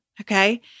Okay